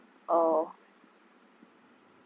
oh